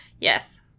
Yes